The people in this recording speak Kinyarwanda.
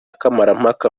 kamarampaka